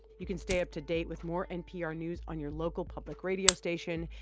you can stay up to date with more npr news on your local public radio station.